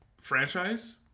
franchise